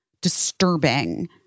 disturbing